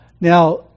Now